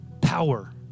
power